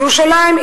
ירושלים,